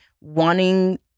wanting